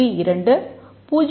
2 0